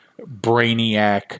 Brainiac